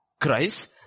Christ